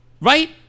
Right